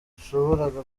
nashoboraga